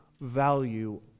value